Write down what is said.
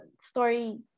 story